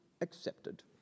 accepted